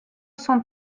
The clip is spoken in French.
cent